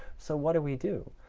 so what do we do?